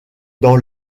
dans